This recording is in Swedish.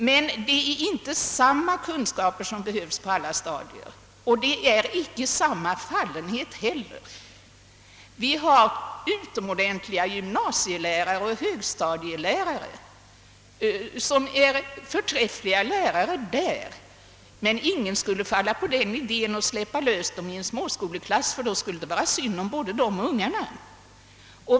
Det är emellertid inte samma kunskaper som erfordras på alla stadier och icke heller samma fallenhet. Vi har utomordentliga gymnasielärare och högstadielärare som passar förträffligt på dessa stadier men som ingen skulle falla på idén att släppa lösa i en småskoleklass, ty då skulle det bli synd om både dem och ungarna.